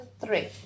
three